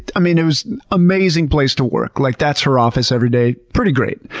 i mean it was an amazing place to work. like, that's her office every day, pretty great.